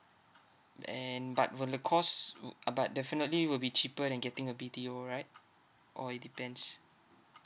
and but will the cost wou~ uh but definitely will be cheaper than getting a B_T_O right or it depends